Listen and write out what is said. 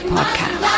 Podcast